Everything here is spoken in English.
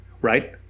right